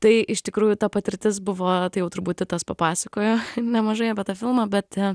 tai iš tikrųjų ta patirtis buvo tai jau turbūt papasakojo nemažai apie tą filmą bet